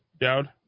Dowd